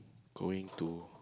going to